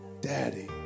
Daddy